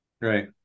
Right